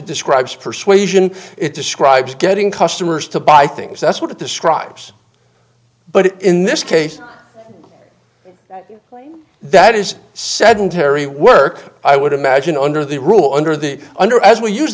describes persuasion it describes getting customers to buy things that's one of the scribes but in this case that is sedentary work i would imagine under the rule under the under as we use